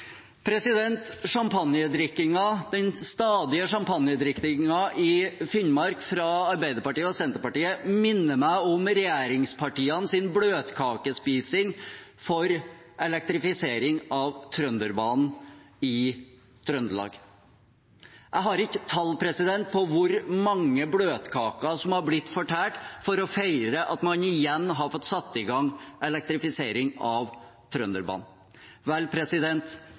Den stadige champagnedrikkingen i Finnmark til Arbeiderpartiet og Senterpartiet minner meg om regjeringspartienes bløtkakespising for elektrifisering av Trønderbanen i Trøndelag. Jeg har ikke tall på hvor mange bløtkaker som har blitt fortært for å feire at man igjen har fått satt i gang elektrifisering av Trønderbanen. Vel,